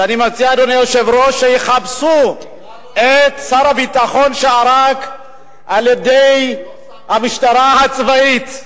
שיחפשו את שר הביטחון שערק על-ידי המשטרה הצבאית,